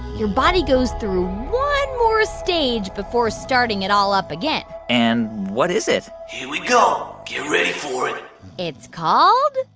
your body goes through one more stage before starting it all up again and what is it? here we go. get ready for it it's called.